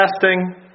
testing